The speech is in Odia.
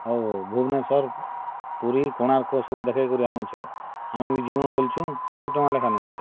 ହଉ ଭୁବନେଶ୍ଵର୍ ପୁରୀ କୋଣାର୍କ ସବୁ ଦେଖେଇ କରି ଆନୁଛ ଆମେ ବି ଯିମୁ ବଲୁଛୁଁ କେତେ ଟକାଁ ଲେଖା ନେଉଛ